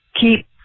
keep